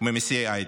ומיסי הייטק.